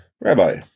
Rabbi